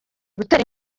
gutera